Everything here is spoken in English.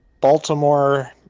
Baltimore